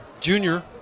junior